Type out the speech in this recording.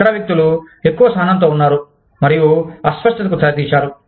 ఇతర వ్యక్తులు ఎక్కువ సహనంతో ఉన్నారు మరియు అస్పష్టతకు తెరతీశారు